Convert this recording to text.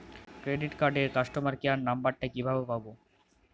Credit কার্ডের customer care number টা কিভাবে পাবো?